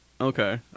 Okay